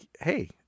Hey